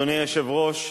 אדוני היושב-ראש,